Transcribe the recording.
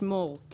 (2)שמור...